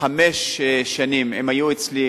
חמש שנים, היו אצלי